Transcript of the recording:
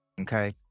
Okay